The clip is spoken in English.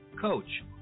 coach